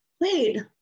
wait